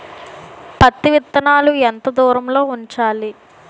పత్తి విత్తనాలు ఎంత దూరంలో ఉంచాలి?